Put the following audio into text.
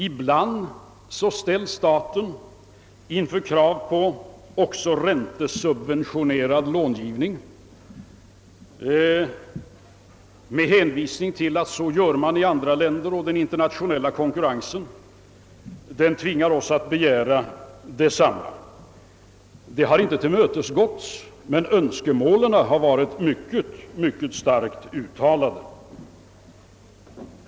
Ibland ställs staten också inför krav på räntesubventionerad långivning med hänvisning till att man gör så i andra länder och att den internationella konkurrensen tvingar vederbörande att begära detsamma. Det har inte tillmötesgåtts men önskemålen har varit synnerligen starkt uttalade.